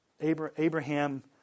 Abraham